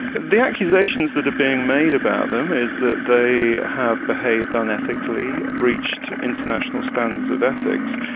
the accusations that are being made about them is that they have behaved unethically, breached international standards of ethics,